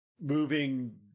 moving